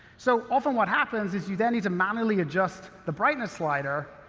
so, often what happens, is you then need to manually adjust the brightness slider,